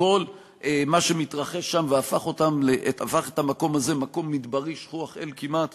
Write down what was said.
מכל מה שמתרחש שם והפך את המקום הזה ממקום מדברי שכוח-אל כמעט